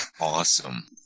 Awesome